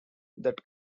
that